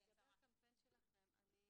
לגבי הקמפיין שלכם, אני